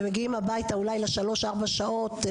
ומגיעים הביתה אולי לשלוש-ארבע שעות.